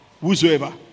whosoever